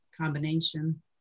combination